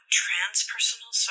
transpersonal